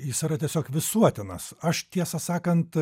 jis yra tiesiog visuotinas aš tiesą sakant